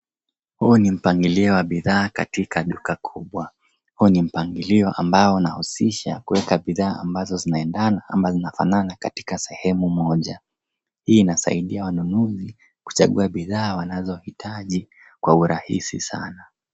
Huu ni mpangilio wa bidhaa katika duka kubwa. Huu ni mpangilio unaohusisha kuweka bidhaa ambazo zinaendana ama zinafanana katika sehemu moja. Hii inasaidia wanunuzi kuchagua bidhaa wanazohitaji kwa urahisi sana.